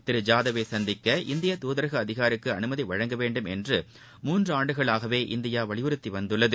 திரு ஜாதவ் ஐ சந்திக்க இந்திய துதரக அதிகாரிக்கு அனுமதி வழங்கவேண்டும் என்று மூன்று ஆண்டுகளாகவே இந்தியா வலியுறுத்தி வந்துள்ளது